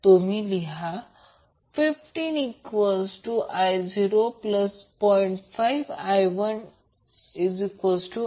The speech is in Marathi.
तुम्ही लिहा 15I00